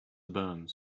burns